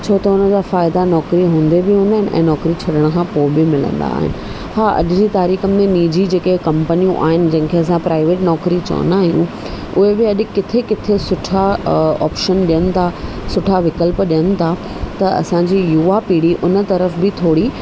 छो त हुनजा फ़ाइदा नौकिरी हूंदे बि हूंदा आहिनि ऐं नौकिरी छॾण खां पोइ बि मिलंदा आहिनि हा अॼु जी तारीख़ में निजी जेके कंपनियूं आहिन जंहिंखे असां प्राइवेट नौकिरी चवंदा आहियूं उहे बि अॼु किथे किथे सुठा ऑप्शन ॾियन था सुठा विकल्प ॾियनि था त असांजी युवा पीढ़ी हुन तरफ़ बि थोरी